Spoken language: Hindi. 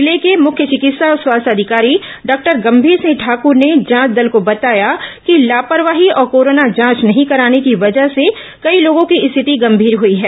जिले के मुख्य चिकित्सा और स्वास्थ्य अधिकारी डॉक्टर गंभीर सिंह ठाकुर ने जांच दल को बताया कि लापरवाही और कोरोना जांच नहीं कराने की वजह से कई लोगों की स्थिति गंभीर हुई है